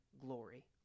glory